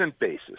basis